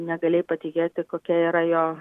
negalėjai patikėti kokia yra jo